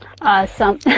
awesome